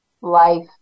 life